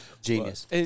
Genius